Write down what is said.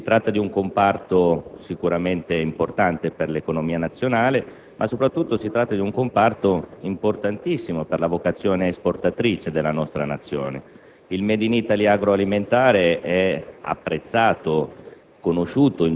Si tratta di un comparto sicuramente importante per l'economia nazionale; soprattutto, si tratta di un comparto importantissimo per la vocazione esportatrice della nostra Nazione. Il *made in Italy* agroalimentare è apprezzato